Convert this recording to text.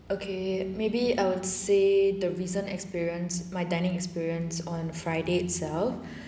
okay maybe I would say the recent experience my dining experience on friday itself